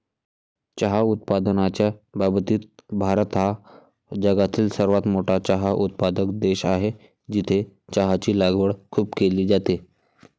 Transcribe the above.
चहा उत्पादनाच्या बाबतीत भारत हा जगातील सर्वात मोठा चहा उत्पादक देश आहे, जिथे चहाची लागवड खूप केली जाते